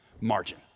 Margin